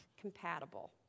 compatible